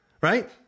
Right